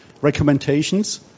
recommendations